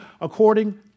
according